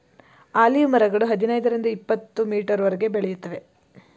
olive ಮರಗಳು ಹದಿನೈದರಿಂದ ಇಪತ್ತುಮೀಟರ್ವರೆಗೆ ಬೆಳೆಯುತ್ತವೆ